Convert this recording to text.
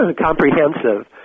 comprehensive